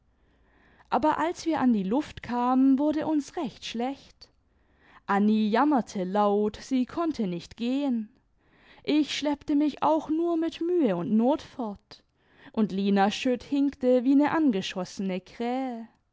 aber als wir an die luft kamen wurde uns recht schlecht anni jammerte laut sie konnte nicht gehen ich schleppte mich auch nur mit mühe und not fort und lina schutt hinkte wie ne angeschossene krähe